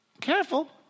Careful